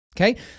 Okay